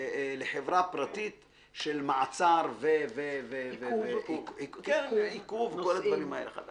לחברה פרטית של מעצר ועיקוב - זה